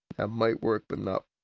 and might work but not.